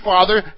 Father